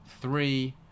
three